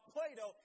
Plato